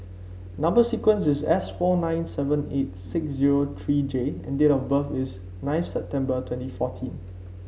number sequence is S four nine seven eight six zero three J and date of birth is nineth September twenty fourteen